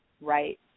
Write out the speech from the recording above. right